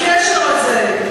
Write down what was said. הקשר הזה,